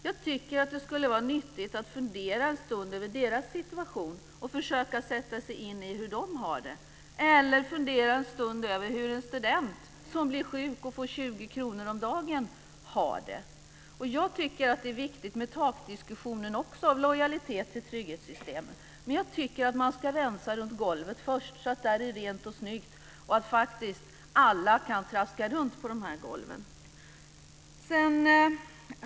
Jag tycker att det skulle vara nyttigt att fundera en stund över deras situation och försöka sätta sig in i hur de har det eller att fundera en stund över hur en student som blir sjuk och får 20 kr om dagen har det. Jag tycker också att det är viktigt med takdiskussionen av lojalitet till trygghetssystemen. Men jag tycker att man ska rensa runt golven först så att där är rent och snyggt så att faktiskt alla kan traska runt på dessa golv.